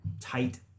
tight